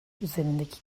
üzerindeki